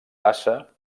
passa